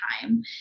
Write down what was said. time